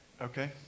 Okay